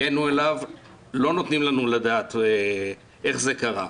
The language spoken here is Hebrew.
הגנו עליו ולא נותנים לנו לדעת איך זה קרה.